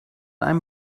einem